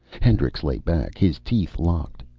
hendricks lay back, his teeth locked.